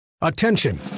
Attention